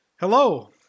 Hello